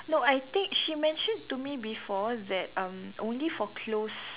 no I think she mentioned to me before that um only for close